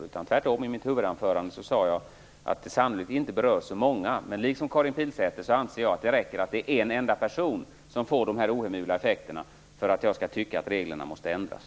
Tvärtom sade jag i mitt huvudanförande att det sannolikt inte är så många som berörs. Men liksom Karin Pilsäter anser jag att det räcker att det är en enda person som får de ohemula effekterna för att jag skall tycka att reglerna måste ändras.